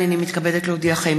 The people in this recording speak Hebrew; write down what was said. הינני מתכבדת להודיעכם,